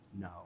No